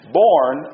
born